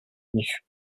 nich